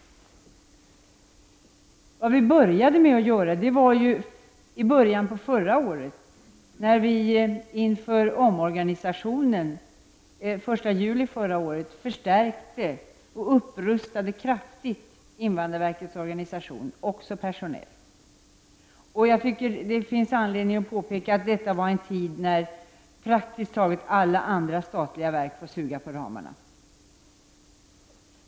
Inför omorganisationen den 1 juli förra året förstärkte och upprustade vi kraftigt invandrarverkets organisation, även personellt. Det finns anledning att påpeka att detta skedde i en tid då praktiskt taget alla andra statliga verk fick suga på ramarna.